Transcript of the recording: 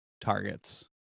targets